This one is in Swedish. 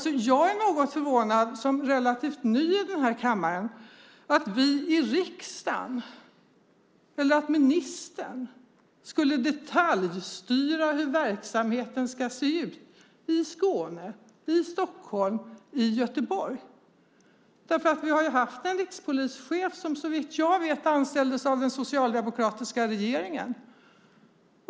Som relativt ny i den här kammaren är jag något förvånad över synen att vi i riksdagen eller ministern skulle detaljstyra hur verksamheten ska se ut i Skåne, i Stockholm eller i Göteborg. Vi har ju haft en rikspolischef som såvitt jag vet anställdes av den socialdemokratiska regeringen.